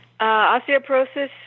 Osteoporosis